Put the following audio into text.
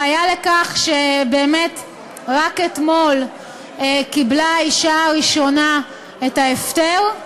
ראיה לכך, רק אתמול קיבלה האישה הראשונה את ההפטר.